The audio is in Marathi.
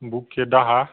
बुके दहा